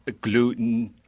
gluten